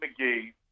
McGee